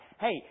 Hey